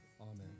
Amen